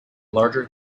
larger